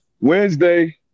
wednesday